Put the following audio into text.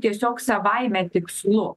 tiesiog savaime tikslu